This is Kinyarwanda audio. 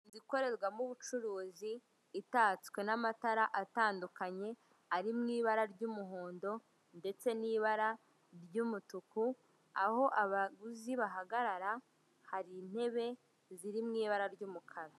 Inzu ikorerwamo ubucuruzi, itatswe n'amatara atandukanye ari mu ibara ry'umuhondo ndetse n'ibara ry'umutuku, aho abaguzi bahagarara hari intebe ziriw ibara ry'umukara.